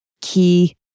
key